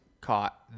caught